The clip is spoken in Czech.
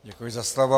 Děkuji za slovo.